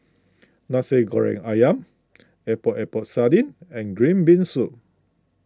Nasi Goreng Ayam Epok Epok Sardin and Green Bean Soup